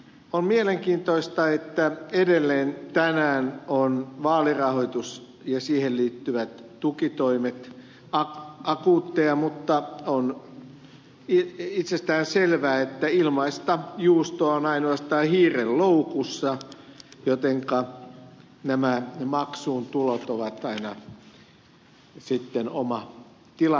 on mielenkiintoista että edelleen tänään ovat vaalirahoitus ja siihen liittyvät tukitoimet akuutteja mutta on itsestään selvää että ilmaista juustoa on ainoastaan hiirenloukussa jotenka nämä maksuun tulot ovat aina sitten oma tilanteensa